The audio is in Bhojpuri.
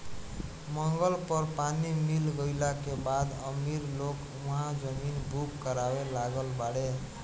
मंगल पर पानी मिल गईला के बाद अमीर लोग उहा जमीन बुक करावे लागल बाड़े